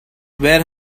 where